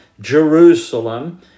Jerusalem